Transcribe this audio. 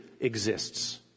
exists